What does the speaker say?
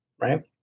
Right